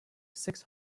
six